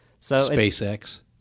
SpaceX